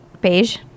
Beige